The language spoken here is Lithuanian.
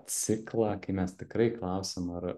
ciklą kai mes tikrai klausiam ar